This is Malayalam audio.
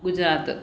ഗുജറാത്ത്